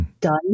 done